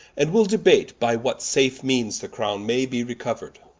and wee'le debate by what safe meanes the crowne may be recouer'd